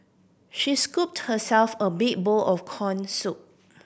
she scooped herself a big bowl of corn soup